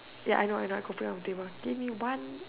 ya I know I know I copy on the table give me one